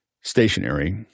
stationary